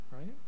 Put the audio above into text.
right